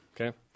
Okay